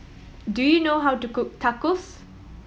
do you know how to cook Tacos